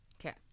Okay